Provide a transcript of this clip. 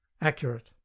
accurate